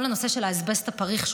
כל הנושא של האסבסט הפריך,